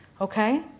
Okay